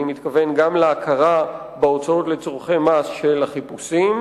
אני מתכוון גם להכרה לצורכי מס בהוצאות של החיפושים,